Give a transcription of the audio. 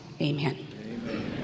amen